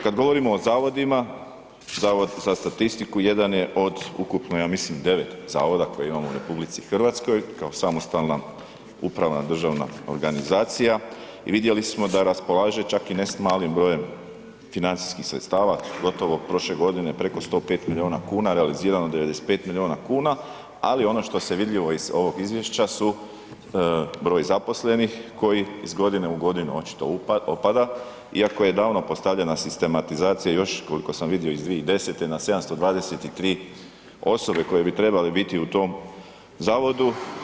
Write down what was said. Kad govorimo o zavodima, Zavod za statistiku jedan je od ukupno ja mislim 9 zavoda koje imamo u RH kao samostalna upravna državna organizacija i vidjeli smo da raspolaže čak i ne s malim brojem financijskih sredstava, gotovo prošle godine preko 105 milijuna kuna realizirano 95 milijuna kuna ali ono što je vidljivo iz ovog izvješća su broj zaposlenih koji iz godine u godinu očito opada iako je davno postavljena sistematizacija još koliko sam vidio iz 2010. na 723 osobe koje bi trebale biti u tom zavodu.